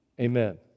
Amen